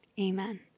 Amen